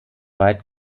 weit